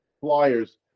flyers